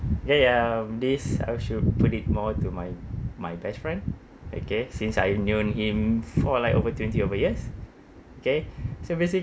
ya um this I should put it more to my my best friend okay since I've known him for like over twenty over years okay so basically